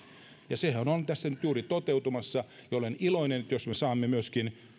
ja sehän on tässä nyt juuri toteutumassa ja olen iloinen jos me saamme myöskin